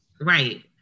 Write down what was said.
Right